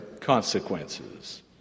consequences